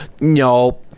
no